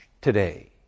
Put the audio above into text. today